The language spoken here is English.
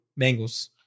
Bengals